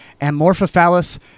Amorphophallus